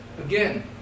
again